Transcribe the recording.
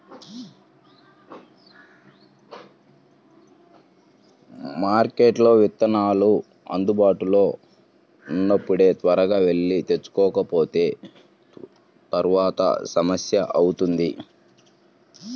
మార్కెట్లో విత్తనాలు అందుబాటులో ఉన్నప్పుడే త్వరగా వెళ్లి తెచ్చుకోకపోతే తర్వాత సమస్య అవుతుంది